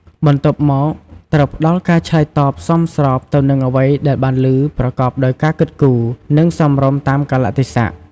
បន្ទាប់មក ត្រូវផ្ដល់ការឆ្លើយតបសមស្របទៅនឹងអ្វីដែលបានឮប្រកបដោយការគិតគូរ និងសមរម្យតាមកាលៈទេសៈ។